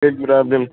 گٔے پرٛابلِم